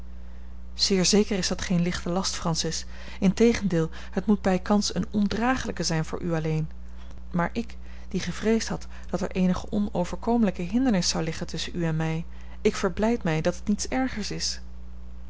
zeer zeker is dat geene lichte last francis integendeel het moet bijkans eene ondragelijke zijn voor u alleen maar ik die gevreesd had dat er eenige onoverkomelijke hindernis zou liggen tusschen u en mij ik verblijd mij dat het niets ergers is